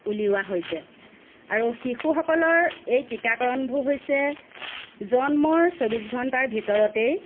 উলিওৱা হৈছে আৰু শিশুসকলৰ এই টিকাকৰণবোৰ হৈছে জন্মৰ চৌব্বিছ ঘণ্টাৰ ভিতৰতেই